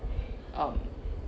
um